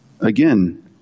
Again